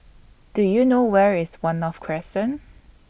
Do YOU know Where IS one North Crescent